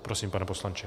Prosím, pane poslanče.